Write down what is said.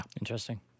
Interesting